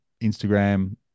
Instagram